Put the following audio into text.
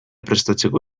prestatzeko